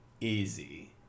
easy